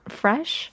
fresh